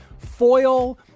foil